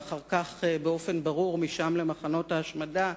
ואחר כך באופן ברור משם למחנות ההשמדה,